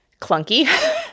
clunky